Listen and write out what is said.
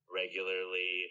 regularly